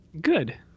Good